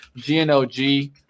GNOG